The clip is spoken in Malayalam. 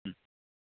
മ്